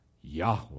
Yahweh